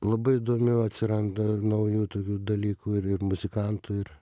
labai įdomių atsiranda naujų tokių dalykų ir ir muzikantų ir